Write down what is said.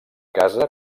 casa